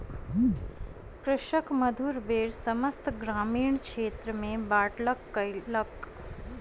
कृषक मधुर बेर समस्त ग्रामीण क्षेत्र में बाँटलक कयलक